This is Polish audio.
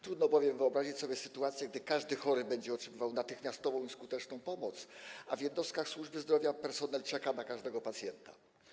Trudno bowiem wyobrazić sobie sytuację, gdy każdy chory będzie otrzymywał natychmiastową i skuteczną pomoc, a w jednostkach służby zdrowia personel będzie czekał na pacjenta.